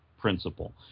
principle